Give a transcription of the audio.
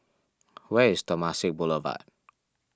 where is Temasek Boulevard